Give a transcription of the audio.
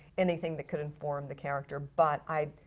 anything that can inform the character. but, i,